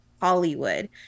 hollywood